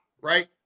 right